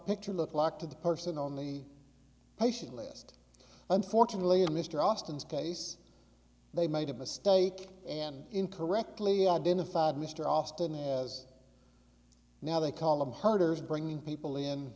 picture looked like to the person only patient list unfortunately in mr austin's case they made a mistake and incorrectly identified mr austin has now they call him herders bringing people in